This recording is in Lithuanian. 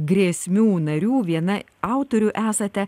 grėsmių narių viena autorių esate